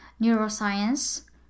neuroscience